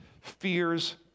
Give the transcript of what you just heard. fear's